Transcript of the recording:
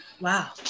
Wow